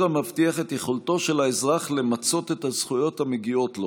המבטיח את יכולתו של האזרח למצות את הזכויות המגיעות לו